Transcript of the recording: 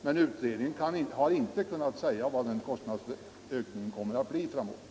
Men utredningen har inte kunnat säga hur stor kostnadsökningen kommer att bli framöver.